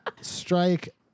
strike